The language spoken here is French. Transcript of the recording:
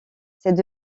cette